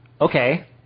Okay